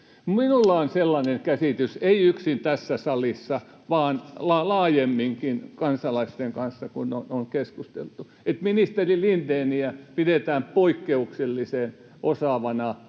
Minulla on sellainen käsitys, että — ei yksin tässä salissa vaan laajemminkin, kun kansalaisten kanssa on keskusteltu — ministeri Lindéniä pidetään poikkeuksellisen osaavana